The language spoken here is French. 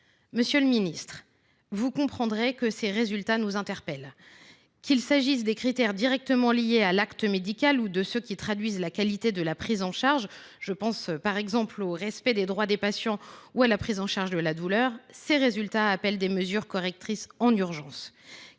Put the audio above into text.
Monsieur le ministre, vous le comprendrez, une telle situation nous interpelle. Qu’il s’agisse des critères directement liés à l’acte médical ou de ceux qui traduisent la qualité de la prise en charge – je pense notamment au respect des droits des patients ou à la prise en charge de la douleur –, ces résultats appellent des mesures correctrices en urgence.